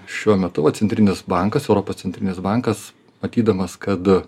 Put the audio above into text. šiuo metu va centrinis bankas europos centrinis bankas matydamas kad